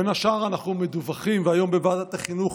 בין השאר אנחנו מדווחים, והיום בוועדת החינוך